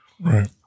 Right